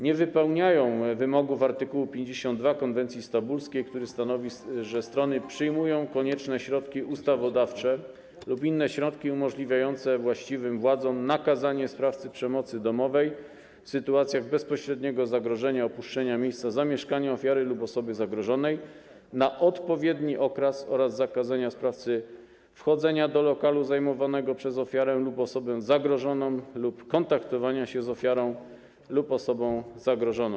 Nie wypełniają wymogów art. 52 konwencji stambulskiej, który stanowi, że strony przyjmują konieczne środki ustawodawcze lub inne środki umożliwiające właściwym władzom nakazanie sprawcy przemocy domowej w sytuacjach bezpośredniego zagrożenia opuszczenia miejsca zamieszkania ofiary lub osoby zagrożonej na odpowiedni okres oraz zakazania sprawcy wchodzenia do lokalu zajmowanego przez ofiarę lub osobę zagrożoną lub kontaktowania się z ofiarą lub osobą zagrożoną.